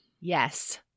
Yes